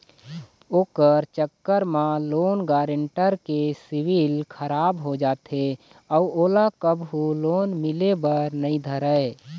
ओखर चक्कर म लोन गारेंटर के सिविल खराब हो जाथे अउ ओला कभू लोन मिले बर नइ धरय